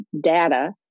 data